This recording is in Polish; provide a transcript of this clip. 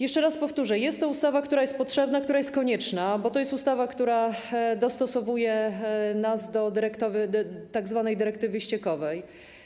Jeszcze raz powtórzę, że jest to ustawa, która jest potrzebna, która jest konieczna, bo to jest ustawa, która dostosowuje nas do tzw. dyrektywy ściekowej.